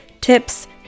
tips